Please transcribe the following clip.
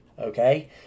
Okay